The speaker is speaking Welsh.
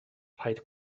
rhaid